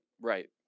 right